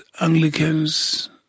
Anglicans